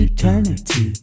Eternity